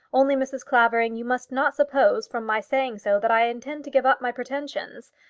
only, mrs. clavering, you must not suppose from my saying so that i intend to give up my pretensions.